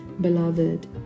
beloved